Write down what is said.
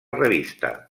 revista